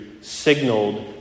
signaled